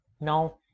now